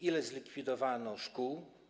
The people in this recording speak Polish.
Ile zlikwidowano szkół?